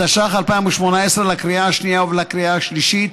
התשע"ח 2018, לקריאה השנייה ולקריאה השלישית.